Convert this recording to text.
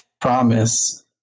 promise